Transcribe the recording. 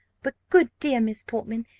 but, good dear miss portman,